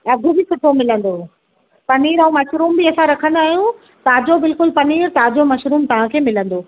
अघु बि सुठो मिलंदो पनीर ऐं मशरूम बि असां रखंदा आहियूं ताज़ो बिल्कुलु पनीर ताज़ो मशरूम तव्हांखे मिलंदो